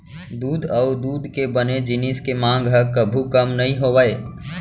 दूद अउ दूद के बने जिनिस के मांग ह कभू कम नइ होवय